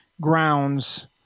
grounds